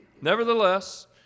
Nevertheless